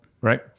right